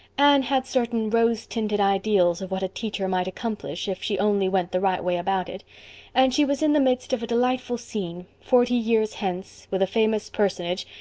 anne had certain rose-tinted ideals of what a teacher might accomplish if she only went the right way about it and she was in the midst of a delightful scene, forty years hence, with a famous personage.